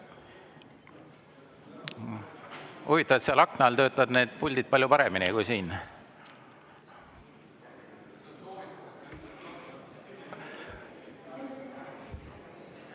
et seal akna all töötavad need puldid palju paremini kui siin.